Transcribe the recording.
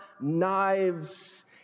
knives